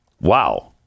Wow